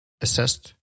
assessed